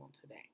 today